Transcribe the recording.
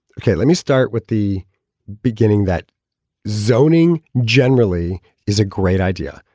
okay, let me start with the beginning, that zoning generally is a great idea.